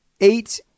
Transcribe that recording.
Eight